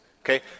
Okay